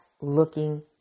looking